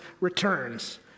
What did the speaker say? returns